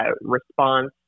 response